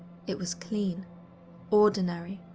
it was clean ordinary.